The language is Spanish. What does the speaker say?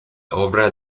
obra